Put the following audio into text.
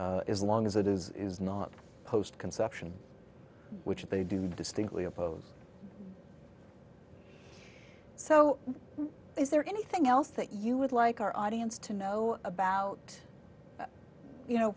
is long as it is is not post conception which they do distinctly oppose so is there anything else that you would like our audience to know about you know